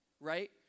right